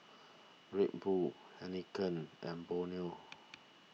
Red Bull Heinekein and Bonia